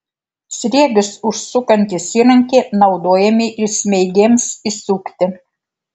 sriegius užsukantys įrankiai naudojami ir smeigėms įsukti